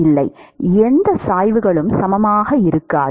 இல்லை எந்த சாய்வுகளும் சமமாக இருக்காது